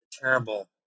terrible